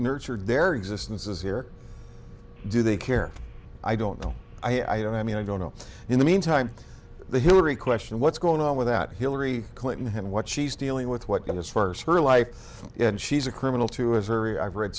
nurtured their existence as here do they care i don't know i don't i mean i don't know in the meantime the hillary question what's going on with that hillary clinton and what she's dealing with what got us first her life and she's a criminal too is very i've read